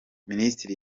minisitiri